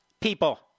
people